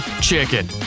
chicken